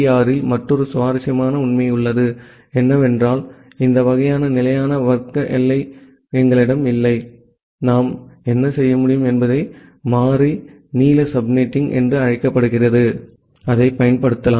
ஆரில் மற்றொரு சுவாரஸ்யமான உண்மை உள்ளது ஏனென்றால் இந்த வகையான நிலையான வர்க்க எல்லை எங்களிடம் இல்லை நாம் என்ன செய்ய முடியும் என்பதை நாம் மாறி நீள சப்நெட்டிங் எனப் பயன்படுத்தலாம்